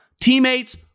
Teammates